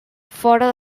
fora